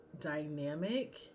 dynamic